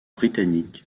britannique